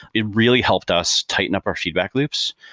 it really helped us tighten up our feedback loops,